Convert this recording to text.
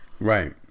Right